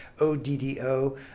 ODDO